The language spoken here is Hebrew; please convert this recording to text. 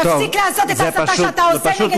תפסיק לעשות את מה שאתה עושה נגד כל דבר.